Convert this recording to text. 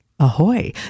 Ahoy